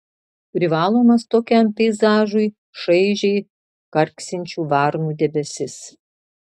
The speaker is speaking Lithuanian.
privalomas tokiam peizažui šaižiai karksinčių varnų debesis